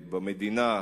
במדינה,